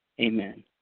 Amen